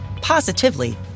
positively